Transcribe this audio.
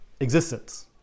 existence